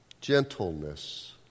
Gentleness